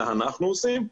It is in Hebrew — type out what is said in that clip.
זה אנחנו עושים,